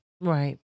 Right